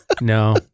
No